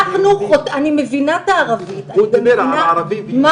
הוא דיבר פה על ערבים ויהודים.